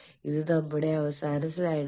ഇത് നമ്മുടെ അവസാന സ്ലൈഡാണ്